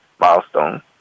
milestone